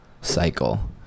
cycle